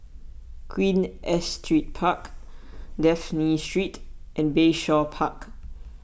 Queen Astrid Park Dafne Street and Bayshore Park